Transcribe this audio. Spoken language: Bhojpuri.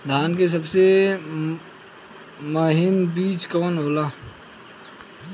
धान के सबसे महीन बिज कवन होला?